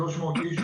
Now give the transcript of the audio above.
300 איש,